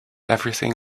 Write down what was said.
everything